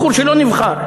בחור שלא נבחר.